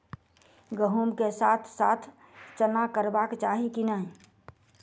गहुम केँ साथ साथ चना करबाक चाहि की नै?